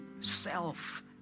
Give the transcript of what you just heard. self